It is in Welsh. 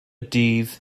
dydd